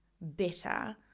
better